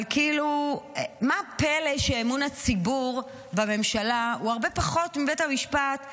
אבל מה הפלא שאמון הציבור בממשלה הוא הרבה פחות מבית המשפט,